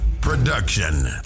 production